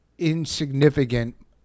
insignificant